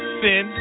sin